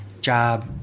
job